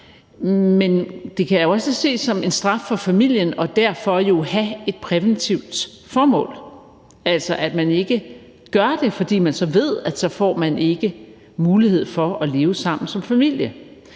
men det kan jo også ses som en straf af familien og derfor have et præventivt formål, altså at man ikke gør det, fordi man så ved, at man ikke får mulighed for leve sammen som familie.